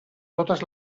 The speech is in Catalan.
totes